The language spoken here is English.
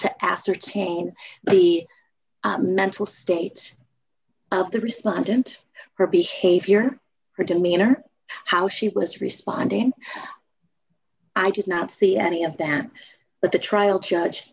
to ascertain the mental state of the respondent her behavior her demeanor how she was responding i did not see any of that but the trial judge